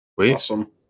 Awesome